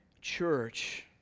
church